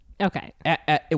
Okay